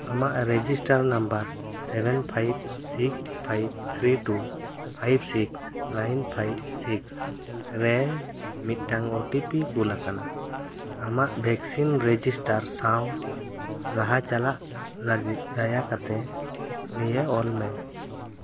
ᱟᱢᱟᱜ register number seven five six five three two five six nine five six ᱨᱮ ᱢᱤᱜᱴᱟᱝ O T P ᱠᱩᱞ ᱟᱠᱟᱱᱟ ᱟᱢᱟᱜ ᱵᱷᱮᱠᱥᱤᱱ ᱨᱮᱡᱤᱥᱴᱟᱨ ᱥᱟᱶ ᱞᱟᱦᱟ ᱪᱟᱞᱟᱜ ᱞᱟᱹᱜᱤᱫ ᱫᱟᱭᱟ ᱠᱟᱛᱮ ᱱᱤᱭᱟᱹ ᱚᱞ ᱢᱮ